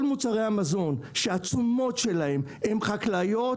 כל מוצרי המזון שהתשומות שלהן הן חקלאיות